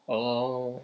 oh